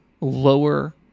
lower